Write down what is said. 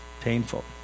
Painful